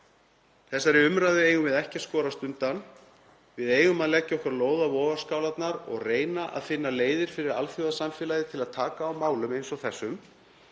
Þeirri umræðu eigum við ekki að skorast undan. Við eigum að leggja okkar lóð á vogarskálarnar og reyna að finna leiðir fyrir alþjóðasamfélagið til að taka á málum eins og þessum,